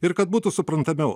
ir kad būtų suprantamiau